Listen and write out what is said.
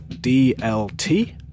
D-L-T